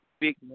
big